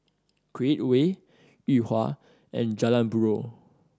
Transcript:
Create Way Yuhua and Jalan Buroh